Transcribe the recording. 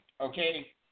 okay